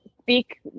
speak